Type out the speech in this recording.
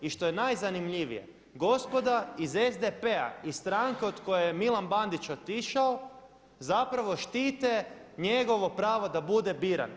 I što je najzanimljivije gospoda iz SDP-a iz stranke od koje je Milan Bandić otišao zapravo štite njegovo pravo da bude biran.